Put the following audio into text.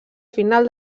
final